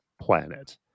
planet